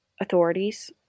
authorities